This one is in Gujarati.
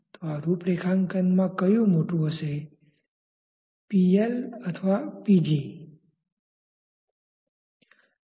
તો આ રૂપરેખાંકનમાં કયું મોટુ હશે Pl અથવા Pg